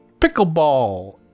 pickleball